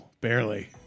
barely